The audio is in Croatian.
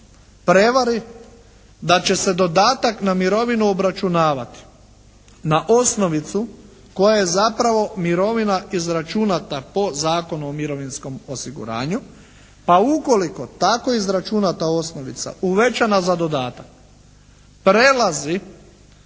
Prevari da će se dodatak na mirovinu obračunavati na osnovicu koja je zapravo mirovina izračunata po Zakonu o mirovinskom osiguranju pa ukoliko tako izračunata osnovica uvećana za dodatak prelazi